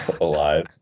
alive